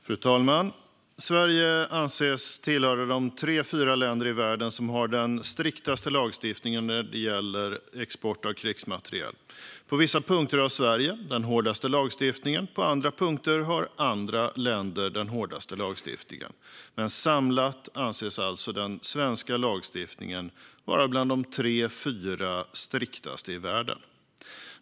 Fru talman! Sverige anses tillhöra de tre fyra länder i världen som har den striktaste lagstiftningen när det gäller export av krigsmateriel. På vissa punkter har Sverige den hårdaste lagstiftningen, och på andra punkter har andra länder hårdare lagstiftning. Men samlat anses alltså den svenska lagstiftningen vara bland de tre fyra striktaste i världen.